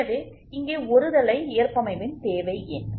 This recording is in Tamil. எனவே இங்கே ஒருதலை ஏறபமைவின் தேவை ஏன்